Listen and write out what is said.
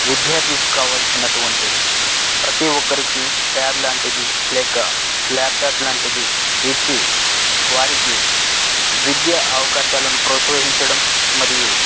విద్యార్థికి కావాల్సినటువంటి ప్రతి ఒక్కరికి ట్యాబ్ లాంటిది లేక ల్యాప్టాప్ లాంటిది ఇచ్చి వారికి విద్య అవకాశాలను ప్రోత్సహించడం మరియు